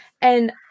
and-